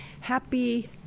Happy